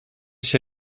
się